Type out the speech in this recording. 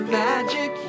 magic